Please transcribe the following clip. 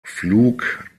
flug